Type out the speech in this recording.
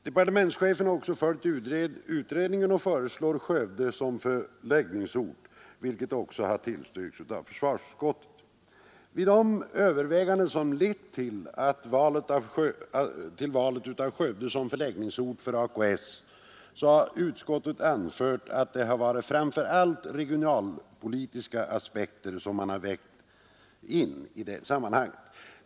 Departementschefen har följt utredningen och föreslår Skövde som förläggningsort, vilket också har tillstyrkts av försvarsutskottet. Vid de överväganden som lett till valet av Skövde som förläggningsort för AKS har utskottet anfört att det framför allt varit regionalpolitiska aspekter som vägts in.